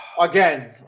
again